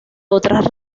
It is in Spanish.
otras